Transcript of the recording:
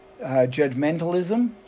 judgmentalism